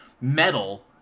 metal